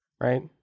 right